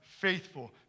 faithful